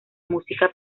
música